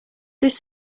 this